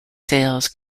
sails